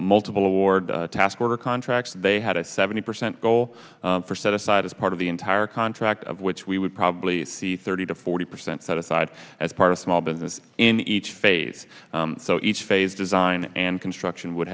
multiple award task order contracts they had a seventy percent goal for set aside as part of the entire contract of which we would probably see thirty to forty percent set aside as part of small business in each phase so each phase design and construction would